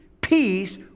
peace